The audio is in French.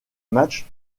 matchs